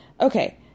Okay